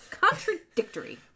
Contradictory